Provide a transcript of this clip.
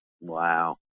Wow